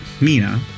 Mina